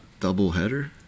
Doubleheader